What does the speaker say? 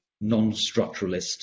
non-structuralist